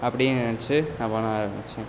அப்படினு நினச்சு நான் பண்ண ஆரமிச்சேன்